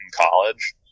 college